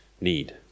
need